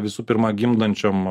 visų pirma gimdančiom